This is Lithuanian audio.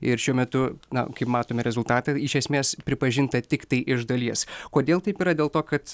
ir šiuo metu na kaip matome rezultatą iš esmės pripažinta tiktai iš dalies kodėl taip yra dėl to kad